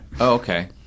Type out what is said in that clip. Okay